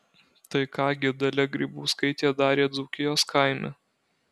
tai ką gi dalia grybauskaitė darė dzūkijos kaime